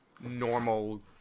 Normal